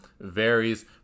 varies